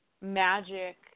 magic